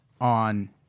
on